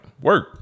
work